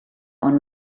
ond